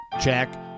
Check